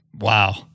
Wow